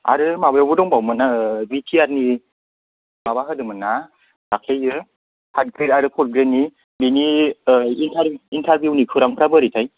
आरो माबायावबो दंबावोमोन ओ बिटिआरनि माबा होदोंमोन ना दाख्लैयो थार्ड ग्रेड आरो फर ग्रेड नि बिनि ओ इन्टारभिउ इन्टारभिउनि खौरांफ्रा बोरैथाय